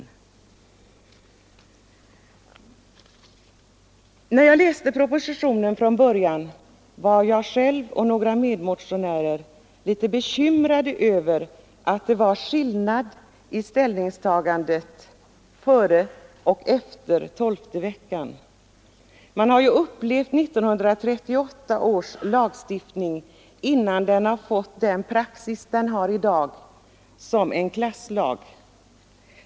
Då jag först läste propositionen var jag och några av mina medmotionärer litet bekymrade över att förslaget innebär att man skall göra skillnad mellan dem som kommer före tolfte veckan och dem som kommer efter tolfte veckan. Vi har upplevt 1938 års lagstiftning, innan den fick den tillämpning den har i dag, som en klasslag.